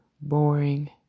boring